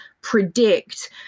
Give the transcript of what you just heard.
predict